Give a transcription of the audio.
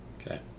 Okay